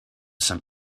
some